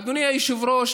אדוני היושב-ראש,